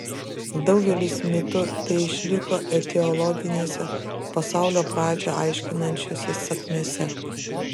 daugelis mitų teišliko etiologinėse pasaulio pradžią aiškinančiose sakmėse